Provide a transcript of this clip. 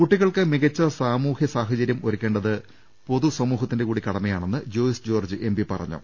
കുട്ടികൾക്ക് മികച്ച സാമൂഹ്യ സാഹചര്യം ഒരുക്കേണ്ടത് പൊതുസമൂഹത്തിന്റെ കൂടി കടമയാണെന്ന് ജോയ്സ് ജോർജ്ജ് എം പി പറഞ്ഞു